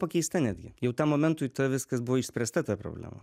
pakeista netgi jau tam momentui ta viskas buvo išspręsta ta problema